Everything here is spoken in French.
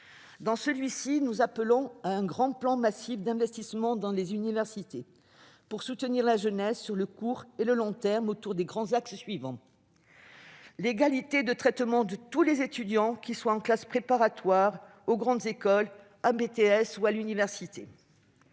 Dans ce courrier, nous appelons à un plan massif d'investissement dans les universités, pour soutenir la jeunesse sur le court et le long terme, autour des grands axes suivants. Cela passe par l'égalité de traitement entre tous les étudiants, qu'ils soient en classes préparatoires aux grandes écoles, en BTS ou à l'université,